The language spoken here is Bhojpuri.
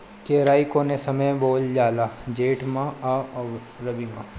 केराई कौने समय बोअल जाला जेठ मैं आ रबी में?